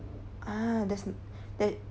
ah that's that